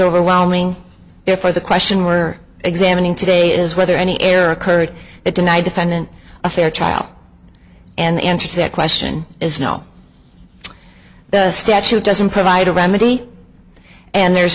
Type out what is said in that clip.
overwhelming there for the question we're examining today is whether any error occurred that deny defendant a fair trial and the answer to that question is no the statute doesn't provide a remedy and there's